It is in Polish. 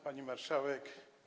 Pani Marszałek!